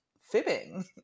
fibbing